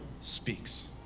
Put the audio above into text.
speaks